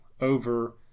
over